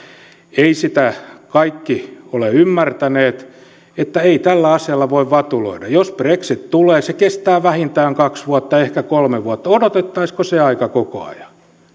eivät sitä kaikki ole ymmärtäneet että ei tällä asialla voi vatuloida jos brexit tulee se kestää vähintään kaksi vuotta ehkä kolme vuotta odotettaisiinko se aika koko ajan